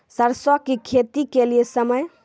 सरसों की खेती के लिए समय?